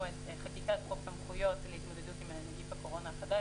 את חקיקת חוק סמכויות להתמודדות עם נגיף הקורונה החדש